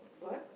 what